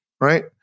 right